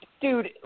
dude